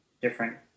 different